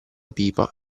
pipa